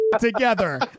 together